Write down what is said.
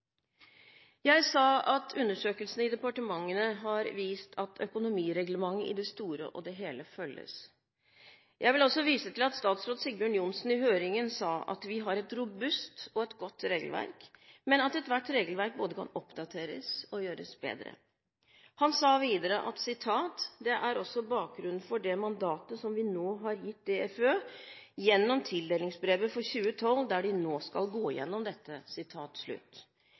Jeg sa at undersøkelsene i departementene har vist at økonomireglementet i det store og hele følges. Jeg vil også vise til at statsråd Sigbjørn Johnsen i høringen sa: «Vi har et robust og godt regelverk i dag, men ethvert regelverk kan både oppdateres og gjøres bedre.» Han sa videre: «Det er også bakgrunnen for det mandatet som vi nå har gitt DFØ gjennom tildelingsbrevet for 2012, der de nå skal gå igjennom dette.»